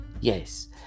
Yes